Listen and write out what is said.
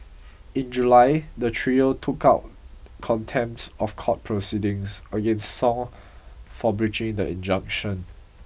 in July the trio took out contempt of court proceedings against song for breaching the injunction